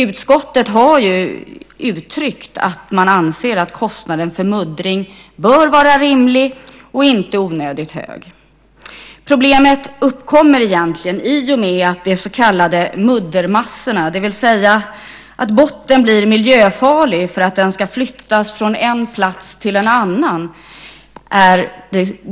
Utskottet har uttryckt att man anser att kostnaden för muddring bör vara rimlig och inte onödigt hög. Det grundläggande problemet är de så kallade muddermassorna, det vill säga att bottnen blir miljöfarlig när den ska flyttas från en plats till en annan.